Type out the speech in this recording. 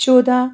चौह्दां